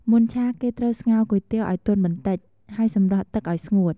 មុនឆា គេត្រូវស្ងោរគុយទាវឱ្យទន់បន្តិច ហើយសម្រស់ទឹកឱ្យស្ងួត។